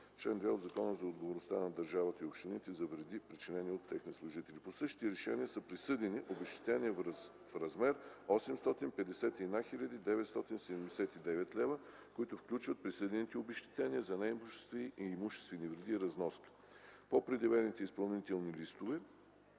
чл. 2 на Закона за отговорността на държавата и общините за вреди, причинени от техни служители. По същите решения са присъдени обезщетения в размер на 851 хил. 979 лв., които включват присъдените обезщетения за неимуществени, имуществени вреди и разноски. По предявените изпълнителни листове